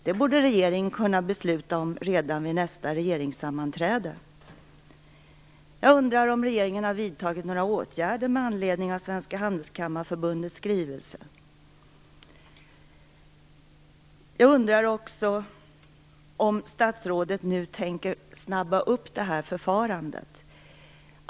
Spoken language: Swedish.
Det borde regeringen kunna fatta beslut om redan vid nästa regeringssammanträde. Jag undrar om regeringen har vidtagit några åtgärder med anledning av Svenska handelskammarförbundets skrivelse. Jag undrar också om statsrådet nu tänker snabba på detta förfarande.